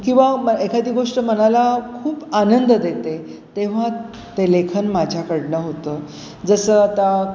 किंवा मग एखादी गोष्ट मनाला खूप आनंद देते तेव्हा ते लेखन माझ्याकडून होतं जसं आता